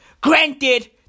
Granted